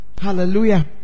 Hallelujah